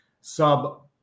sub